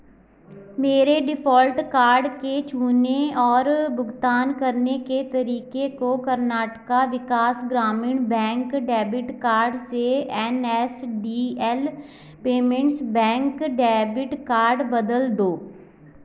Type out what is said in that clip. मेरे default card के चुनने और भुगतान करने के तरीके को Karnataka Vikas Grameen bank debit card से N S D L payments bank debit card बदल दो